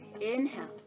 inhale